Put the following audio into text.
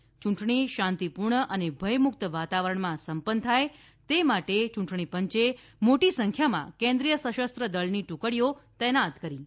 યૂંટણી શાંતિપૂર્ણ અને ભયમુક્ત વાતાવરણમાં સંપન્ન થાય તે માટેચૂંટણી પંચે મોટી સંખ્યામાં કેન્દ્રીય સશસ્ત્ર દળની ટુકડીઓ તૈનાત કરી છે